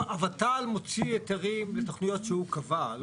הות"ל מוציא היתרים לתוכניות שהוא קבע.